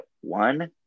one